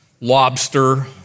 lobster